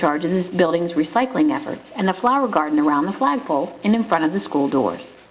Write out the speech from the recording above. charge of the buildings recycling efforts and the flower garden around the flagpole in front of the school doors